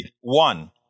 One